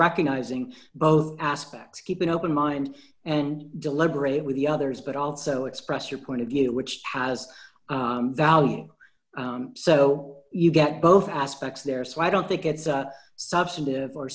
recognizing both aspects keep an open mind and deliberate with the others but also express your point of view which has value so you get both aspects there so i don't think it's a substantive or